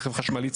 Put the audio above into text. ברכב חשמלי,